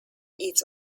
its